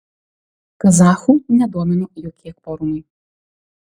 kazachų nedomino jokie kvorumai